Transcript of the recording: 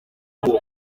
aho